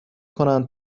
کنند